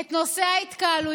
דודי, תכניסו